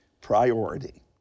priority